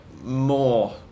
more